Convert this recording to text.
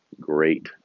great